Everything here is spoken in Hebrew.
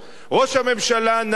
ראש הממשלה נאם,